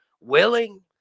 willing